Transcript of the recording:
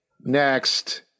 next